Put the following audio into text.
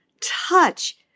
touch